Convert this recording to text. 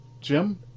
jim